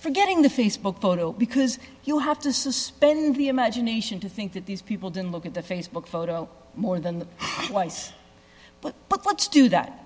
for getting the facebook photo because you have to suspend the imagination to think that these people didn't look at the facebook photo more than twice but but let's do that